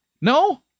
No